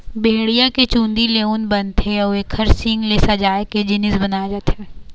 भेड़िया के चूंदी ले ऊन बनथे अउ एखर सींग ले सजाए के जिनिस बनाए जाथे